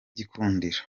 gikundiro